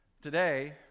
Today